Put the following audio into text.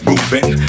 Moving